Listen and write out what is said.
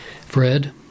Fred